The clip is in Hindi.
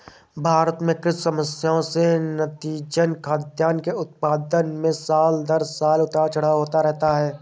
भारत में कृषि समस्याएं से नतीजतन, खाद्यान्न के उत्पादन में साल दर साल उतार चढ़ाव होता रहता है